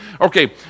Okay